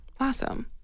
Awesome